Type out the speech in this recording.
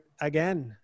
again